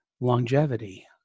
longevity